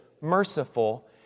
merciful